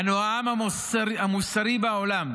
אנו העם המוסרי בעולם.